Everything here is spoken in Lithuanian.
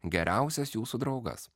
geriausias jūsų draugas